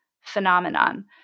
phenomenon